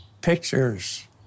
pictures